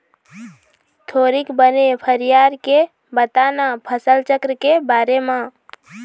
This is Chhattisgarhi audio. थोरिक बने फरियार के बता न फसल चक्र के बारे म